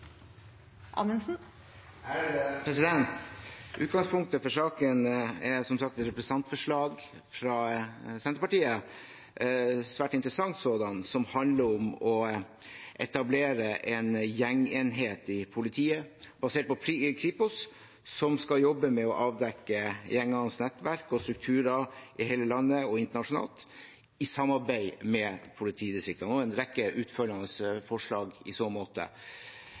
Amundsen satt frem i alt sju forslag på vegne av Fremskrittspartiet og Senterpartiet. Det voteres over forslagene nr. 1– 6, fra Fremskrittspartiet og Senterpartiet. Forslag nr. 1 lyder: «Stortinget ber regjeringen opprette en egen gjengenhet i politiet, basert på Kripos, som skal jobbe med å avdekke gjengenes nettverk og strukturer i hele landet og internasjonalt, i samarbeid med de berørte politidistriktene.» Forslag